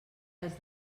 les